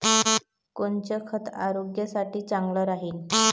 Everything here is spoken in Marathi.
कोनचं खत आरोग्यासाठी चांगलं राहीन?